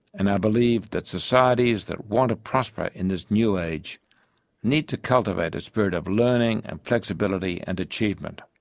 and i believe that societies that want to prosper in this new age need to cultivate a spirit of learning and flexibility and achievement.